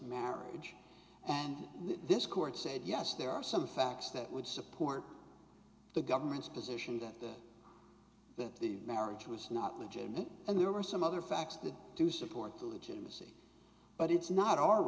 marriage and this court said yes there are some facts that would support the government's position that the that the marriage was not legitimate and there were some other facts that do support the legitimacy but it's not our